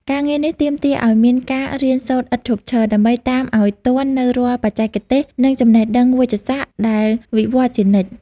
ការងារនេះទាមទារឱ្យមានការរៀនសូត្រឥតឈប់ឈរ ដើម្បីតាមឱ្យទាន់នូវរាល់បច្ចេកទេស និងចំណេះដឹងវេជ្ជសាស្ត្រដែលវិវត្តជានិច្ច។